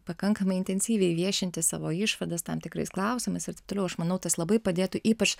pakankamai intensyviai viešinti savo išvadas tam tikrais klausimais ir taip toliau aš manau tas labai padėtų ypač